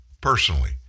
personally